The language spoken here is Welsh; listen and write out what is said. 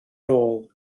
rôl